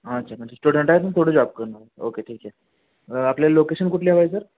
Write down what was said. अच्छा म्हणजे स्टुडंट आहे थोडं जॉब करणार ओके ठीक आहे आपल्याला लोकेशन कुठली हवी आहे सर